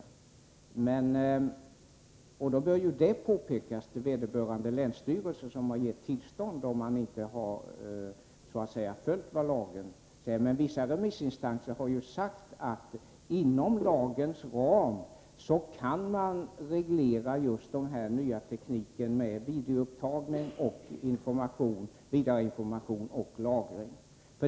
Om lagen inte har följts, bör det påpekas för vederbörande länsstyrelse som har givit tillstånd. Vissa remissinstanser har ju sagt att man inom lagens ram kan reglera den nya tekniken med videoupptagning, vidareinformation och lagring.